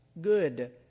good